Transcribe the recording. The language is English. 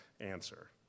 answer